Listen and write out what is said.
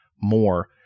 more